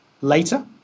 later